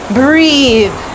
breathe